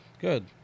good